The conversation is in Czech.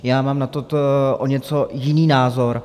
Já mám na toto o něco jiný názor.